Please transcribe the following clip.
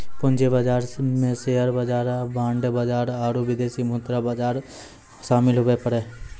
पूंजी बाजार मे शेयर बाजार बांड बाजार आरू विदेशी मुद्रा बाजार शामिल हुवै पारै